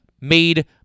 made